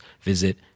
visit